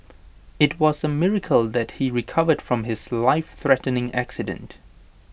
IT was A miracle that he recovered from his lifethreatening accident